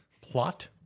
Plot